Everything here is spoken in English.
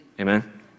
Amen